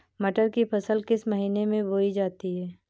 मटर की फसल किस महीने में बोई जाती है?